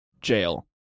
jail